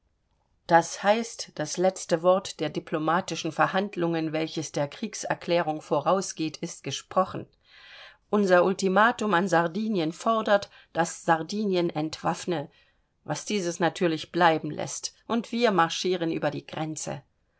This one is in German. das heißt das letzte wort der diplomatischen verhandlungen welches der kriegserklärung vorausgeht ist gesprochen unser ultimatum an sardinien fordert daß sardinien entwaffne was dieses natürlich bleiben läßt und wir marschieren über die grenze